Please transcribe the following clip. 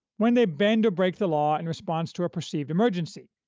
when they bend or break the law in response to a perceived emergency,